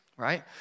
Right